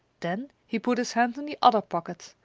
then he put his hand in the other pocket.